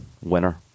winner